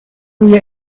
روی